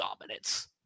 dominance